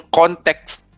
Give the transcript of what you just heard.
context